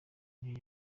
niyo